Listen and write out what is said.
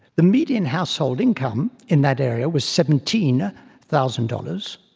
the median household income in that area was seventeen thousand dollars.